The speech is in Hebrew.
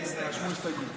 ורשמו הסתייגויות.